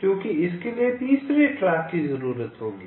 क्योंकि इसके लिए तीसरे ट्रैक की जरूरत होगी